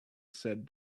said